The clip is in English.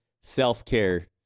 self-care